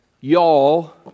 y'all